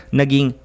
naging